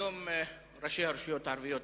היום ראשי הרשויות הערביות,